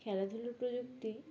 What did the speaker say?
খেলাধুলার প্রযুক্তি